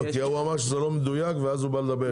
ירון אמר שזה לא מדויק, ואז הוא בא לדבר איתי.